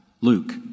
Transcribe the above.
Luke